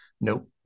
nope